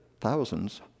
thousands